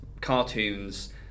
cartoons